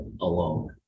alone